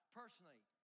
personally